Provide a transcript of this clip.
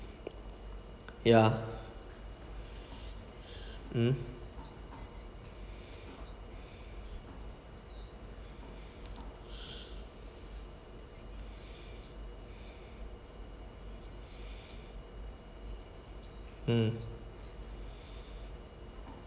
ya mm mm